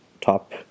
top